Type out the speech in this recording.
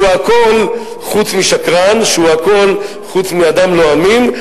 שהוא הכול חוץ משקרן, שהוא הכול חוץ מאדם לא אמין.